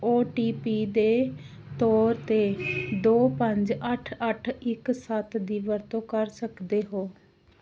ਓ T P ਦੇ ਤੌਰ 'ਤੇ ਦੋ ਪੰਜ ਅੱਠ ਅੱਠ ਇੱਕ ਸੱਤ ਦੀ ਵਰਤੋਂ ਕਰ ਸਕਦੇ ਹੋ